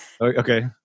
Okay